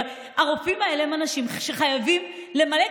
הרופאים האלה הם אנשים שחייבים למלא,